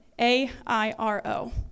A-I-R-O